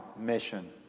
mission